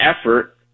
effort